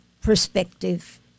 perspective